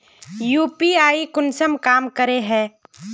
UPI कुंसम काम करे है?